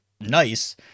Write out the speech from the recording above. nice